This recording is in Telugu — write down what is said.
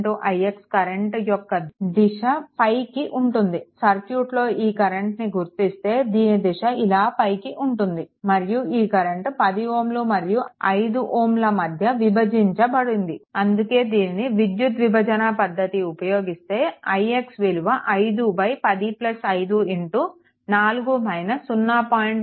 4ix కరెంట్ యొక్క దిశ పైకి ఉంటుంది సర్క్యూట్లో ఈ కరెంట్ ని గుర్తిస్తే దీని దిశ ఇలా పైకి ఉంటుంది మరియు ఈ కరెంట్ 10 Ω మరియు 5 Ω మధ్య విభజించబడింది అందుకే దీనికి విద్యుత్ విభజన పద్దతి ఉపయోగిస్తే ix విలువ 5 10 5 4 0